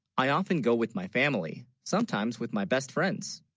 i often go with, my family sometimes with, my best friends